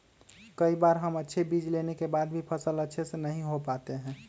कई बार हम अच्छे बीज लेने के बाद भी फसल अच्छे से नहीं हो पाते हैं?